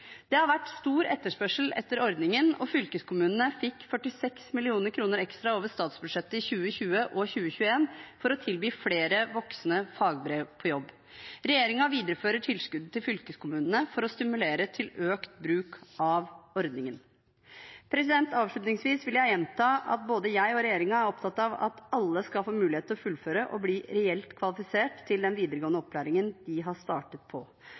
Det har vært stor etterspørsel etter ordningen, og fylkeskommunene fikk 46 mill. kr ekstra over statsbudsjettet i 2020 og 2021 for å tilby flere voksne Fagbrev på jobb. Regjeringen viderefører tilskuddet til fylkeskommunene for å stimulere til økt bruk av ordningen. Avslutningsvis vil jeg gjenta at både jeg og regjeringen er opptatt av at alle skal få mulighet til å fullføre og bli reelt kvalifisert til den videregående opplæringen de har startet på.